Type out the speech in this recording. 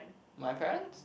my parents